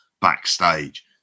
backstage